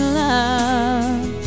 love